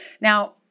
Now